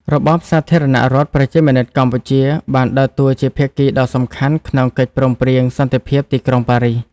របបសាធារណរដ្ឋប្រជាមានិតកម្ពុជាបានដើរតួជាភាគីដ៏សំខាន់ក្នុងកិច្ចព្រមព្រៀងសន្តិភាពទីក្រុងប៉ារីស។